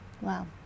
Wow